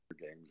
games